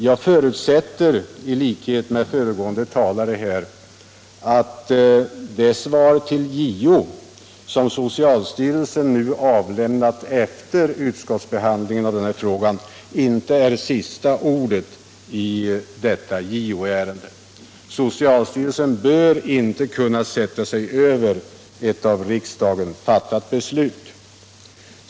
Jag förutsätter i likhet med föregående talare att det svar till JO som socialstyrelsen avlämnat efter utskottsbehandlingen inte är sista ordet i detta JO-ärende. Socialstyrelsen bör inte kunna sätta sig över ett av riksdagen fattat beslut.